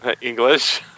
English